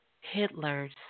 Hitler's